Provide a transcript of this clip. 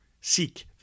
seek